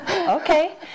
okay